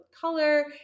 color